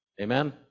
Amen